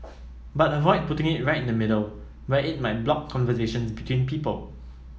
but avoid putting it right in the middle where it might block conversations between people